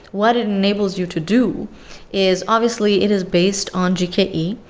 what enables you to do is, obviously, it is based on gke.